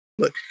look